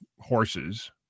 horses